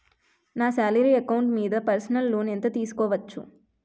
నా salary account మీద personal loan ఎంత తీసుకోవచ్చు?